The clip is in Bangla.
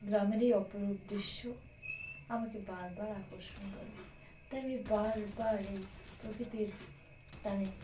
গ্রামেরই অপরূপ দৃশ্য আমাকে বারবারার আকর্ষণ করে তাই আমি বারবার এই প্রকৃতির টানে